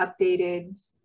updated